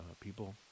people